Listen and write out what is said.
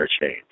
Change